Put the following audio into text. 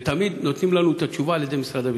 ותמיד נותנים לנו את התשובה על-ידי משרד הביטחון,